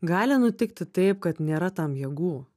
gali nutikti taip kad nėra tam jėgų